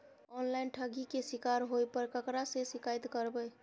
Online ठगी के शिकार होय पर केकरा से शिकायत करबै?